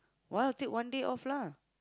!walao! take one day off lah